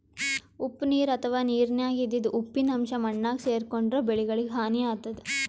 ಉಪ್ಪ್ ನೀರ್ ಅಥವಾ ನೀರಿನ್ಯಾಗ ಇದ್ದಿದ್ ಉಪ್ಪಿನ್ ಅಂಶಾ ಮಣ್ಣಾಗ್ ಸೇರ್ಕೊಂಡ್ರ್ ಬೆಳಿಗಳಿಗ್ ಹಾನಿ ಆತದ್